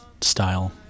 style